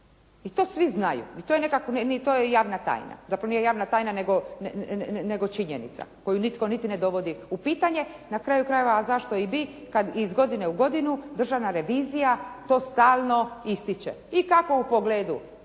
I to svi znaju. I to je javna tajna, zapravo nije javna tajna nego činjenica koju nitko niti ne dovodi u pitanje. Na kraju krajeva zašto i bi kada iz godine u godinu državna revizija to stalno ističe i kako u pogledu